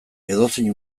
edozein